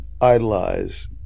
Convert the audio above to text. idolize